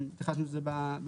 גם התייחסנו לזה בהגדרות,